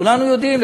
כולנו יודעים,